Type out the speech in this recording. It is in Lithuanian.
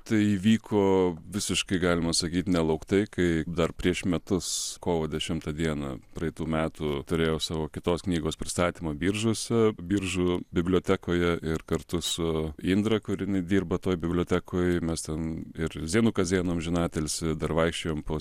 tai įvyko visiškai galima sakyt nelauktai kai dar prieš metus kovo dešimtą dieną praeitų metų turėjau savo kitos knygos pristatymą biržuose biržų bibliotekoje ir kartu su indre kur jinai dirba toj bibliotekoj mes ten ir zenu kazėnu amžinatilsį dar vaikščiojome po